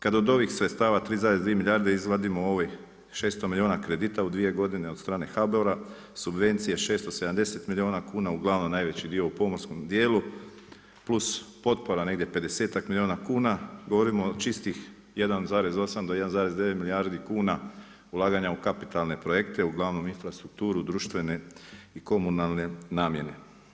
Kad od ovih sredstava 3,2 milijarde izvadimo 600 milijuna kredita u 2 godine od strane HBOR-a subvencije 670 milijuna kuna uglavnom najveći dio u pomorskom djelu plus potpora negdje pedesetak milijuna kuna, govorimo o čistih 1,8 do 1,9 milijardi kuna ulaganja u kapitalne projekte, uglavnom u infrastrukturu društvene i komunalne namjene.